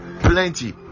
plenty